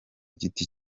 giti